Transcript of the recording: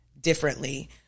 differently